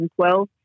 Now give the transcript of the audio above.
2012